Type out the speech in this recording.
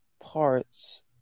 parts